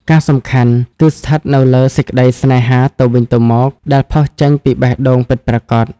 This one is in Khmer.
ការសំខាន់គឺស្ថិតនៅលើសេចក្តីស្នេហាទៅវិញទៅមក ដែលផុសចេញពីបេះដូងពិតប្រាកដ។